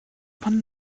spannen